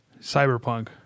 Cyberpunk